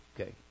Okay